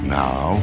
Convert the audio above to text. now